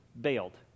bailed